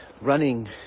running